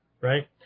right